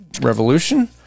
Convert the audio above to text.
revolution